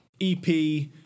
EP